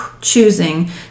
choosing